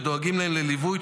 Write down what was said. ודואגים להם לליווי,